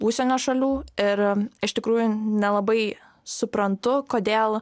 užsienio šalių ir iš tikrųjų nelabai suprantu kodėl